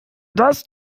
das